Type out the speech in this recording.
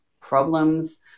problems